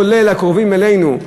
כולל הקרובים אלינו,